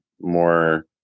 more